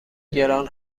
گران